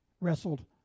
wrestled